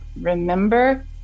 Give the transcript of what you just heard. remember